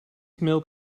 milk